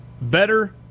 better